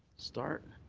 start?